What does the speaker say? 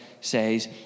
says